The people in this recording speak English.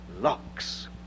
locks